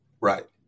Right